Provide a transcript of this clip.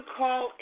call